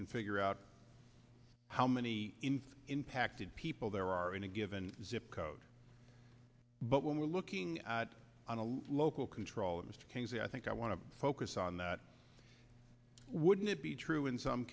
can figure out how many in impacted people there are in a given zip code but when we're looking at on a local control of mr kingsley i think i want to focus on that wouldn't it be true in some